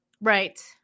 Right